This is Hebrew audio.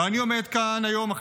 ואני עומד כאן היום,